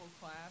class